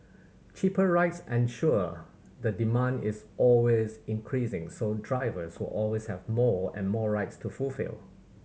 cheaper rides ensure the demand is always increasing so drivers will always have more and more rides to fulfil